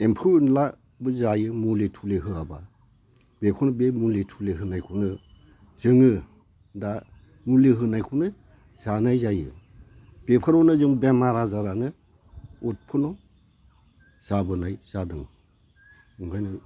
एम्फौ एनला जायो मुलि थुलि होआब्ला बेखौनो बे मुलि होनायखौनो जोङो दा मुलि होनायखौनो जानाय जायों बेफोरावनो जों बेमार आजारानो उटफुन्न' जाबोनाय जादों ओंखायनो